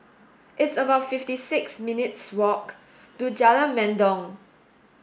it's about fifty six minutes' walk to Jalan Mendong